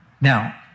Now